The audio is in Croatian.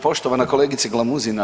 Poštovana kolegice Glamuzina.